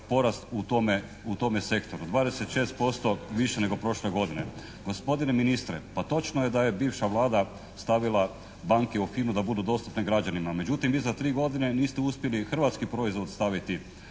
u tome sektoru 26% više nego prošle godine? Gospodine ministre, pa točno je da je bivša Vlada stavila banke u FINA-u da budu dostupne građanima. Međutim vi za tri godine niste uspjeli hrvatski proizvod staviti